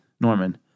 Norman